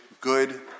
good